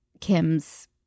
Kim's